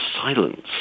silence